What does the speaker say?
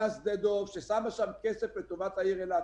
שדה דוב ששמה שם כסף לטובת העיר אילת.